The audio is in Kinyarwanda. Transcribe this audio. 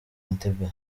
entebbe